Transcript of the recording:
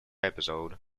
episode